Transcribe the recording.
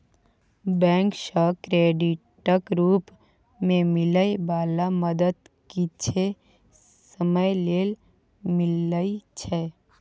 bank सँ क्रेडिटक रूप मे मिलै बला मदद किछे समय लेल मिलइ छै